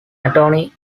attorney